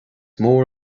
mór